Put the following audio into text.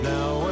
Now